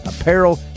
apparel